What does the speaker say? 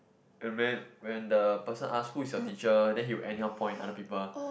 when uh when the person ask who is your teacher then he will anyhow point other people